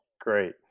great